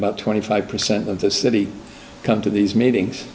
about twenty five percent of the city come to these meetings